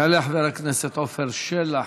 יעלה חבר הכנסת עפר שלח,